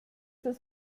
das